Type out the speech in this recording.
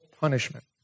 punishment